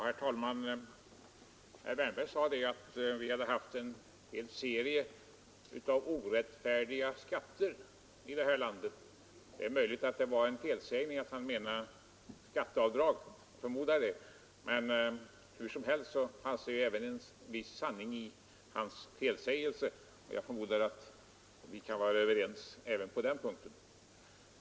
Herr talman! Herr Wärnberg sade att vi hade haft en serie av orättfärdiga skatter i detta land. Det är möjligt att det var en felsägning och att herr Wärnberg menade skatteavdrag. Jag förmodar det. Men hur som helst fanns det även ett visst mått av sanning i hans felsägning, och jag förmodar att vi kan vara överens på den punkten.